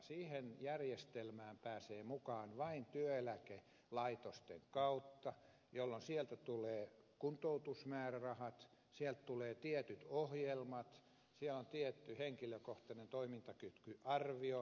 siihen järjestelmään pääsee mukaan vain työeläkelaitosten kautta jolloin sieltä tulevat kuntoutusmäärärahat sieltä tulevat tietyt ohjelmat siellä on tietty henkilökohtainen toimintakykyarvio